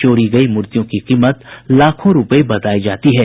चोरी गयी मूर्तियों की कीमत लाखों रूपये बतायी जाती है